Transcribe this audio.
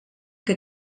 que